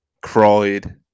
cried